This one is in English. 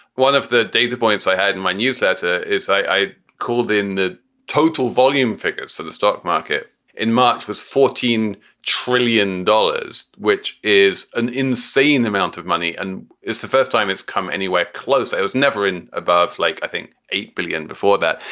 one of the data points i had in my newsletter is i called in the total volume figures for the stock market in march was fourteen trillion dollars, which is an insane amount of money and it's the first time it's come anywhere close. it was never an above like i think eight billion before that.